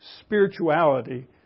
spirituality